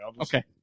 Okay